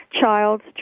child's